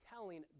telling